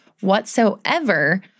whatsoever